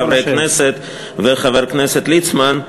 חברי הכנסת וחבר הכנסת ליצמן,